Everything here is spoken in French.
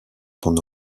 temps